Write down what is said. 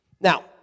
Now